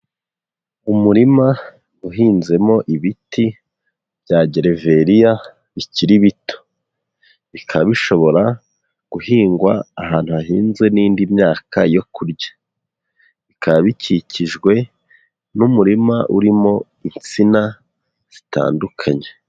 Umurima uhinzemo ibiti bya gereveriya bikiri bito, bikaba bishobora guhingwa ahantu hahinze n'indi myaka yo kurya, bikaba bikikijwe n'umurima urimo insina zitandukanye.